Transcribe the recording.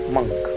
Monk